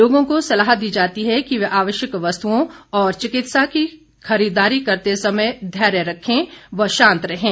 लोगों को सलाह दी जाती है कि वे आवश्यक वस्तुओं और चिकित्सा की खरीददारी करते समय धैर्य रखें और शांत रहें